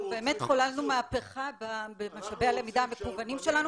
אנחנו באמת חוללנו מהפכה במשאבי הלמידה המקוונים שלנו